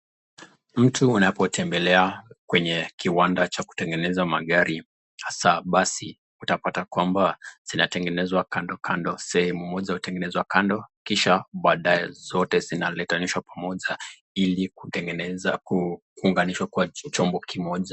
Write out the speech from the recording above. Mtu unapotembelea kwenye kiwanda cha kutengeneza magari hasa basi utapata kwamba zinatengenezwa kando kando sehemu moja hutengenezwa kando kisha baadaye zote zinaletanishwa pamoja ili kutengeneza kuunganishwa kuwa chombo kimoja.